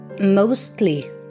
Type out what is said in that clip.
mostly